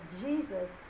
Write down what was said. Jesus